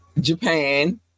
japan